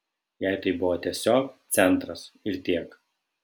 jai tai buvo tiesiog centras ir tiek